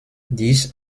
dies